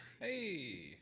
Hey